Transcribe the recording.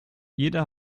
jeder